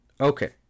Okay